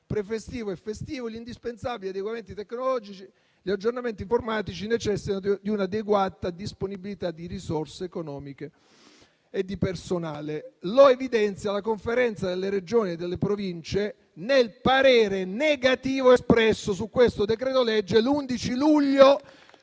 prefestivo e festivo, gli indispensabili adeguamenti tecnologici e gli aggiornamenti informatici, necessitano di un'adeguata disponibilità di risorse economiche e di personale. Questo è ciò che evidenzia la Conferenza delle Regioni e delle Province nel parere negativo espresso su questo decreto-legge l'11 luglio